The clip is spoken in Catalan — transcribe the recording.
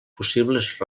possibles